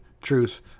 truth